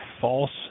false